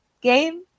game